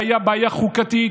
הייתה בעיה חוקתית,